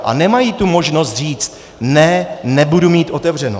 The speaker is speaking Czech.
A nemají možnost říci ne, nebudu mít otevřeno.